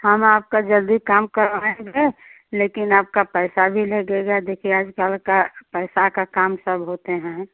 हम आपका जल्दी काम करवाएँगे लेकिन आपका पैसा भी लगेगा देखिए आज कल का पैसा का काम सब होते हैं